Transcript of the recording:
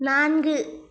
நான்கு